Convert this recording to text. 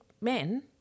men